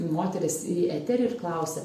moteris į eterį ir klausia